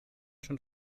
schon